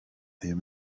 uyu